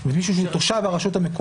זאת אומרת, מישהו שהוא תושב הרשות המקומית.